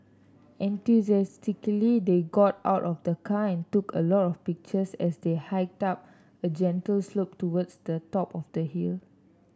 enthusiastically they got out of the car and took a lot of pictures as they hiked up a gentle slope towards the top of the hill